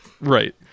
Right